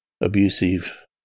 Abusive